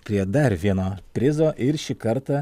prie dar vieno prizo ir šį kartą